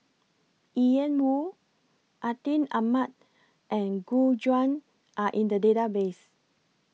Ian Woo Atin Amat and Gu Juan Are in The Database